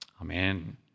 Amen